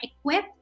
equipped